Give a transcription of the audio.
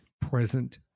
present